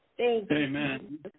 Amen